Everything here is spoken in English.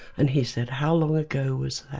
and he said, how long ago was that.